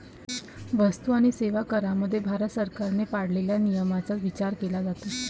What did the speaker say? वस्तू आणि सेवा करामध्ये भारत सरकारने पाळलेल्या नियमांचा विचार केला जातो